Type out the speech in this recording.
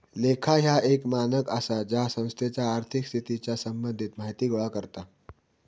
लेखा ह्या एक मानक आसा जा संस्थेच्या आर्थिक स्थितीच्या संबंधित माहिती गोळा करता